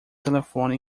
telefone